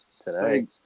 today